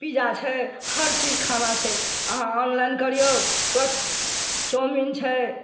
pizza छै हर चीज खाना छै अहाँ ऑनलाइन करियौ सभ चाऊमीन छै